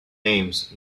names